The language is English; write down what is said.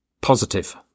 positive